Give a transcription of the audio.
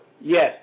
Yes